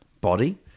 body